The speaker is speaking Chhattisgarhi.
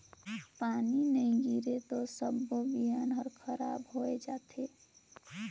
पानी नई गिरे त सबो बिहन हर खराब होए जथे